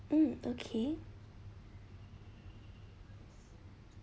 mm okay